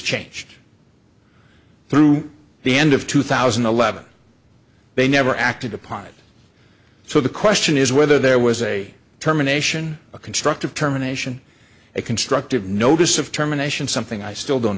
changed through the end of two thousand and eleven they never acted upon it so the question is whether there was a terminations a constructive terminations a constructive notice of terminations something i still don't